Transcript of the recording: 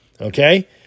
Okay